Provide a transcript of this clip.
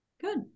Good